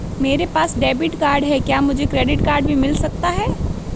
मेरे पास debit card है क्या मुझे क्रेडिट कार्ड भी मिल सकता है?